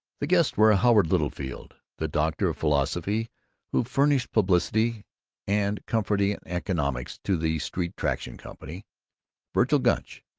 the guests were howard littlefield, the doctor of philosophy who furnished publicity and comforting economics to the street traction company vergil gunch,